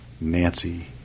Nancy